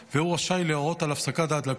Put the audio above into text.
והוא רשאי להורות על הפסקת ההדלקות,